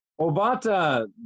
Obata